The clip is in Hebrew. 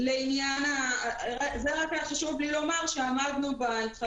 היה לי רק חשוב לומר שעמדנו בהתחייבויות.